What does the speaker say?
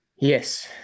Yes